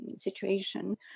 situation